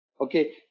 Okay